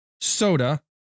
soda